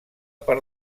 per